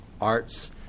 arts